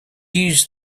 used